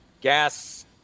gas